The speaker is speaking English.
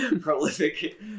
prolific